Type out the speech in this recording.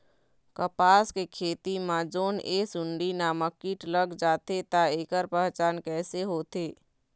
कपास के खेती मा जोन ये सुंडी नामक कीट लग जाथे ता ऐकर पहचान कैसे होथे?